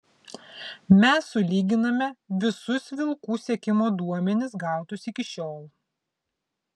mes sulyginame visus vilkų sekimo duomenis gautus iki šiol